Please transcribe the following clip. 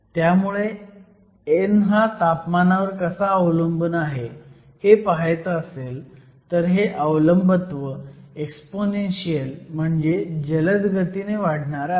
त्यामुळे n हा तापमानावर कसा अवलंबून आहे हे पहायचं असेल तर हे अवलंबत्व एक्स्पोनेन्शीयल म्हणजे जलद गतीने वाढणारं आहे